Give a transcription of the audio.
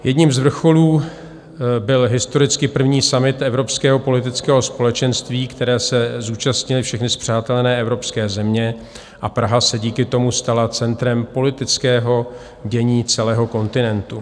Jedním z vrcholů byl historicky první summit Evropského politického společenství, kterého se zúčastnily všechny spřátelené evropské země, a Praha se díky tomu stala centrem politického dění celého kontinentu.